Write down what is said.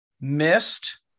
missed